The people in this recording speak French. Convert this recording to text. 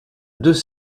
deux